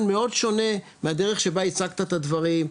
מאוד שונה מהדרך שבה הצגת את הדברים,